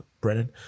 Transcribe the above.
Brennan